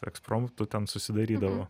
ekspromtu ten susidarydavo